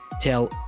tell